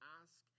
ask